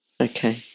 Okay